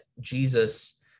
Jesus